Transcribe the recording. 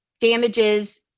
damages